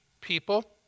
People